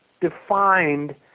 defined